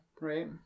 Right